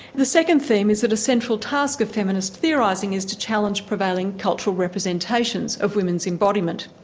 the second theme is that a central task of feminist theorising is to challenge prevailing cultural representations of women's embodiment,